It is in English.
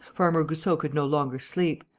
farmer goussot could no longer sleep,